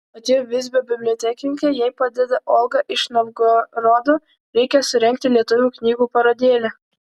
atėjo visbio bibliotekininkė jai padeda olga iš novgorodo reikia surengti lietuvių knygų parodėlę